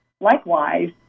likewise